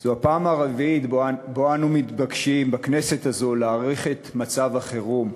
זו הפעם הרביעית שבה אנו מתבקשים בכנסת הזו להאריך את מצב החירום,